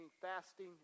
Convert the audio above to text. fasting